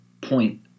point